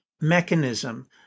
mechanism